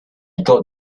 got